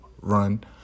run